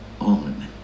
on